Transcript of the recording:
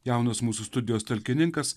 jaunas mūsų studijos talkininkas